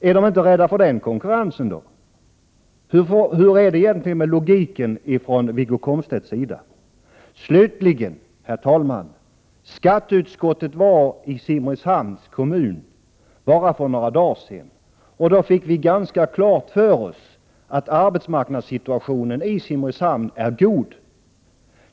Är de inte rädda för den konkurrensen då? Hur är det egentligen med logiken från Wiggo Komstedts sida? Slutligen, herr talman: Skatteutskottet var i Simrishamns kommun för bara några dagar sedan. Då fick vi klart för oss att arbetsmarknadssituatio nen i Simrishamn är god.